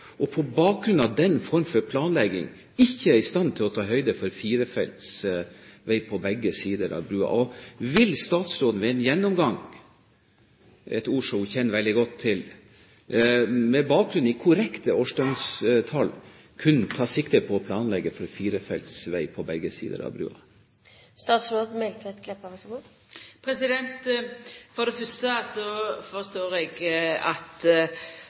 man på bakgrunn av den form for planlegging ikke er i stand til å ta høyde for firefelts vei på begge sider av brua? Vil statsråden ved en gjennomgang – et ord hun kjenner veldig godt til – med bakgrunn i korrekte årsdøgntall kun ta sikte på å planlegge for firefelts vei på begge sider av brua? For det fyrste forstår eg at